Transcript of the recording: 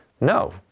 No